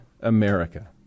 America